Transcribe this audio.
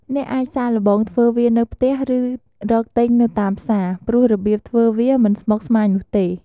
អ្នកអាចសាកល្បងធ្វើវានៅផ្ទះ ឬរកទិញនៅតាមផ្សារ ព្រោះរបៀបធ្វើវាមិនស្មុគស្មាញនោះទេ។